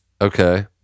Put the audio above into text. Okay